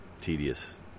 tedious